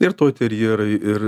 ir toiterjerai ir